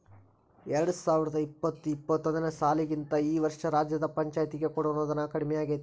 ಎರ್ಡ್ಸಾವರ್ದಾ ಇಪ್ಪತ್ತು ಇಪ್ಪತ್ತೊಂದನೇ ಸಾಲಿಗಿಂತಾ ಈ ವರ್ಷ ರಾಜ್ಯದ್ ಪಂಛಾಯ್ತಿಗೆ ಕೊಡೊ ಅನುದಾನಾ ಕಡ್ಮಿಯಾಗೆತಿ